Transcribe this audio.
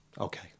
Okay